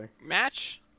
match